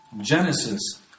Genesis